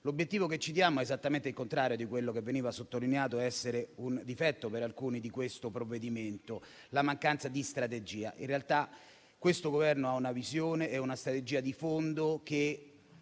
L'obiettivo che ci diamo è esattamente il contrario di quello che da alcuni veniva sottolineato come un difetto di questo provvedimento: la mancanza di strategia. In realtà, questo Governo ha una visione e una strategia di fondo che